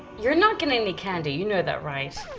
you're not getting any candy. you know that, right?